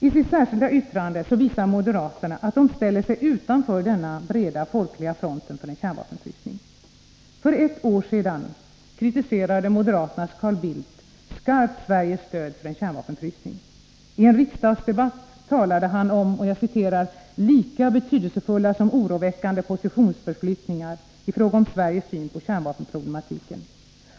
I sitt särskilda yttrande visar moderaterna att de ställer sig utanför den breda folkliga fronten för en kärnvapenfrysning. För ett år sedan kritiserade moderaternas Carl Bildt skarpt Sveriges stöd för en kärnvapenfrysning. I en riksdagsdebatt talade han om ”lika betydelsefulla som oroväckande positionsförflyttningar” i fråga om Sveriges syn på kärnvapenproblematiken.